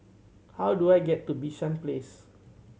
how do I get to Bishan Place